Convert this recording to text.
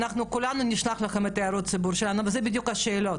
אנחנו כולנו נשלח לכם את הערות הציבור שלנו ואלה בדיוק השאלות,